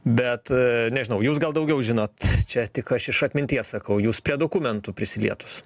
bet nežinau jūs gal daugiau žinot čia tik aš iš atminties sakau jūs prie dokumentų prisilietus